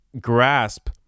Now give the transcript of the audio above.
grasp